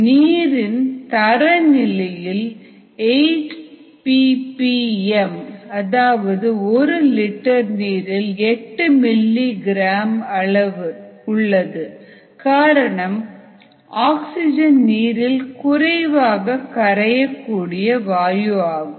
நீரில் தரநிலையில் 8 P P M அதாவது ஒரு லிட்டர் நீரில் 8 மில்லி கிராம் அளவு 8mgl உள்ளது காரணம் ஆக்ஸிஜன் நீரில் குறைவாக கரையக்கூடிய வாயுவாகும்